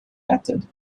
method